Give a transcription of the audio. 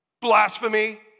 Blasphemy